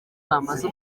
babaze